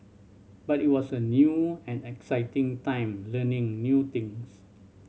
but it was a new and exciting time learning new things